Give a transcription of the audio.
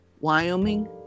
Wyoming